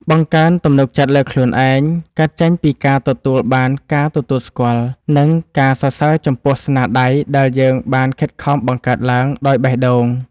បង្កើនទំនុកចិត្តលើខ្លួនឯងកើតចេញពីការទទួលបានការទទួលស្គាល់ និង ការសរសើរចំពោះស្នាដៃដែលយើងបានខិតខំបង្កើតឡើងដោយបេះដូង។